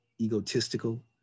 egotistical